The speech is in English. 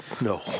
No